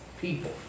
people